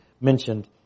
mentioned